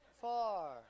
Far